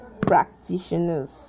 practitioners